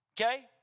Okay